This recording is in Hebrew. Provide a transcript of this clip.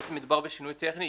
בעצם מדובר בשינוי טכני.